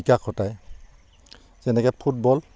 বিকাশ ঘটাই যেনেকৈ ফুটবল